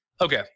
Okay